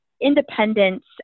independence